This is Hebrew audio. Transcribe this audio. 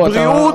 בוא,